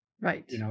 Right